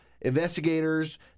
investigators